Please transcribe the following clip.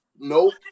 Nope